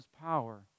power